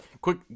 Quick